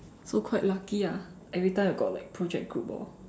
so quite lucky ah every time I got like project group orh